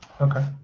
Okay